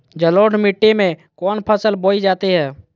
जलोढ़ मिट्टी में कौन फसल बोई जाती हैं?